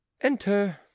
enter